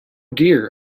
dear